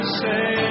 say